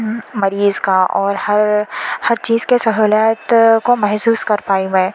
مریض کا اور ہر ہر چیز کی سہولت کو محسوس کر پائی ہیں